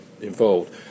involved